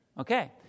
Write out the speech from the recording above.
Okay